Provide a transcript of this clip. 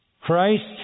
Christ